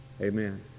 Amen